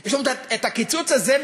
יש לנו את הקיצוץ הזה,